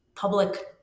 Public